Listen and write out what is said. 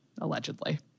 allegedly